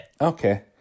Okay